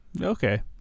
Okay